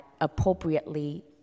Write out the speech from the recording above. appropriately